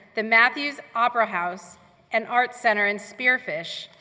the matthews opera house and art center in spearfish,